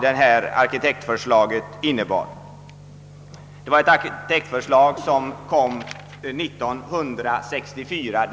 Det visar ett arkitektförslag framlagt den 22 maj 1964.